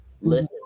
Listen